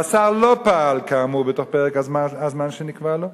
והשר לא פעל כאמור בתוך פרק הזמן שנקבע לו,